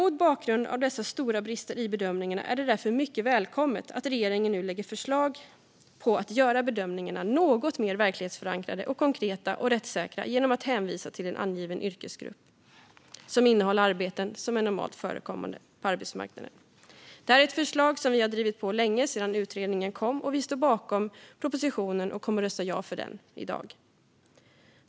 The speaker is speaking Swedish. Mot bakgrund av dessa stora brister i bedömningarna är det därför mycket välkommet att regeringen nu lägger fram förslag om att bedömningarna ska göras något mer verklighetsförankrade, konkreta och rättssäkra genom att hänvisa till en angiven yrkesgrupp som innehåller arbeten som är normalt förekommande på arbetsmarknaden. Detta är ett förslag som vi har drivit länge sedan utredningen kom, och vi står bakom propositionen och kommer att rösta ja till den i dag.